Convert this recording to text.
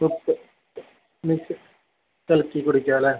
ഉപ്പ് മിക്സ് കലക്കി കുടിക്കാം അല്ലെ